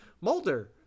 Mulder